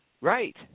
Right